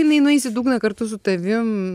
jinai nueis į dugną kartu su tavim